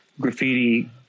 graffiti